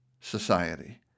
society